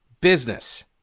business